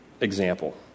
example